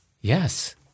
Yes